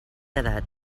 edat